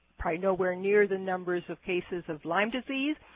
probably nowhere near the numbers of cases of lyme disease,